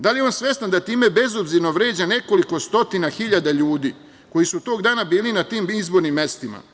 Da li je on svestan da time bezobzirno vređa nekoliko stotina hiljada ljudi koji su tog dana bili na tim izbornim mestima?